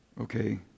Okay